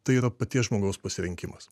tai yra paties žmogaus pasirinkimas